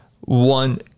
one